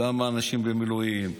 גם האנשים במילואים,